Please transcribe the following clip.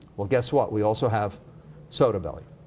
well, guess what? we also have soda belly